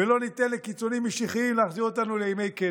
ולא ניתן לקיצונים משיחיים להחזיר אותנו לימי קדם.